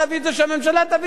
שהממשלה תביא את זה.